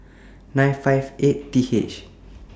nine hundred and fifty eightth